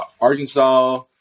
Arkansas